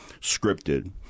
scripted